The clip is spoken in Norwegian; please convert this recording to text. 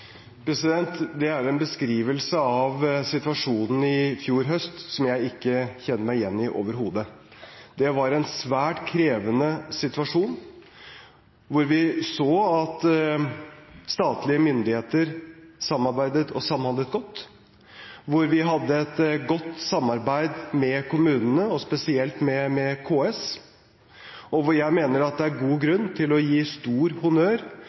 Det er en beskrivelse av situasjonen i fjor høst som jeg ikke kjenner meg igjen i, overhodet. Det var en svært krevende situasjon, hvor vi så at statlige myndigheter samarbeidet og samhandlet godt, hvor vi hadde et godt samarbeid med kommunene, og spesielt med KS, og hvor jeg mener det er god grunn til å gi stor honnør